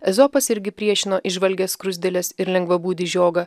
ezopas irgi priešino įžvalgias skruzdėles ir lengvabūdį žiogą